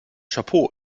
chapeau